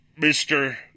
Mr